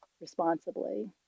responsibly